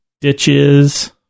ditches